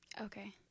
Okay